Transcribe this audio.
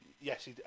Yes